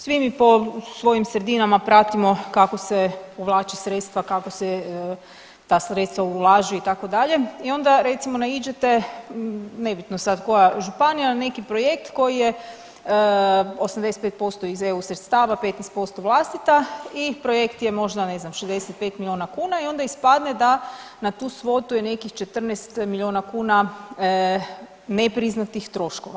Svi mi po svojim sredinama pratimo kako se povlače sredstva kako se ta sredstva ulažu itd. i onda recimo naiđete, nebitno sad koja županija, na neki projekt koji je 85% iz eu sredstava, 15% vlastita i projekt je možda ne znam 65 milijuna kuna i onda ispadne da na tu svotu je nekih 14 milijuna kuna nepriznatih troškova.